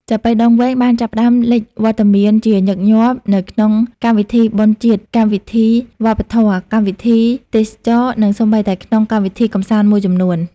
ចាប៉ីដងវែងបានចាប់ផ្តើមលេចវត្តមានជាញឹកញាប់នៅក្នុង កម្មវិធីបុណ្យជាតិ កម្មវិធីវប្បធម៌ កម្មវិធីទេសចរណ៍ និងសូម្បីតែក្នុងកម្មវិធីកម្សាន្តមួយចំនួន។